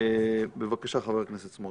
בבקשה, חבר הכנסת סמוטריץ'.